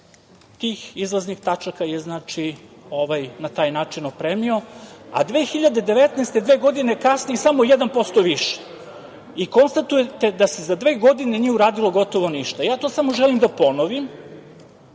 tih izlaznih tačaka je na taj način opremio a 2019, dve godine kasnije, samo 1% više i konstatujete da se za dve godine nije uradilo gotovo ništa. Ja to samo želim da ponovim,